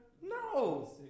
No